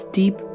deep